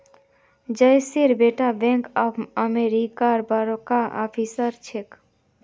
जयेशेर बेटा bank of अमेरिकात बड़का ऑफिसर छेक